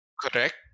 Correct